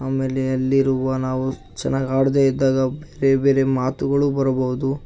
ಆಮೇಲೆ ಅಲ್ಲಿರುವ ನಾವು ಚೆನ್ನಾಗಿ ಆಡದೇ ಇದ್ದಾಗ ಬೇರೆ ಬೇರೆ ಮಾತುಗಳೂ ಬರಬಹುದು